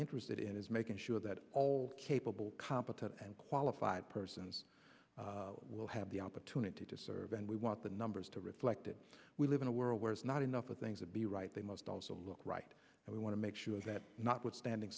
interested in is making sure that all capable competent and qualified persons will have the opportunity to serve and we want the numbers to reflect that we live in a world where it's not enough of things to be right they must also look right and we want to make sure that notwithstanding